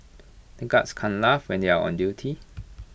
the guards can't laugh when they are on duty